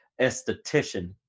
esthetician